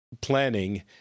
planning